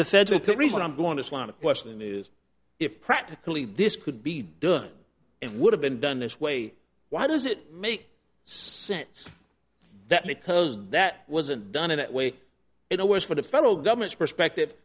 court reason i'm going to slot a question is it practically this could be done it would have been done this way why does it make sense that maybe that wasn't done in that way it all works for the federal government's perspective